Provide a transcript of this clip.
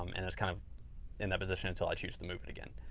um and it's kind of in that position until i choose to move it again.